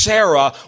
Sarah